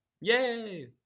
Yay